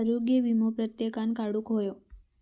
आरोग्य वीमो प्रत्येकान काढुक हवो